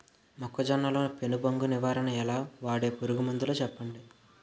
మొక్కజొన్న లో పెను బంక నివారణ ఎలా? వాడే పురుగు మందులు చెప్పండి?